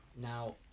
Now